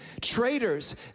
traitors